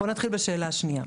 נתחיל בשאלה השנייה.